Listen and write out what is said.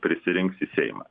prisirinks į seimą